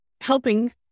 helping